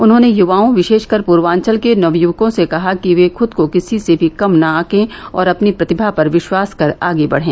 उन्होंने युवाओं विशे ाकर पूर्वान्वल के नवयुवकों से कहा कि वे खुद को किसी से भी कम न आंके और अपनी प्रतिभा पर विश्वास कर आगे बढ़ें